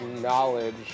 knowledge